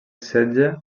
setge